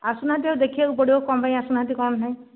ଆସୁନାହାନ୍ତି ଆଉ ଦେଖିବାକୁ ପଡ଼ିବ କଣ ପାଇଁ ଆସୁନାହାନ୍ତି କଣ ନାହିଁ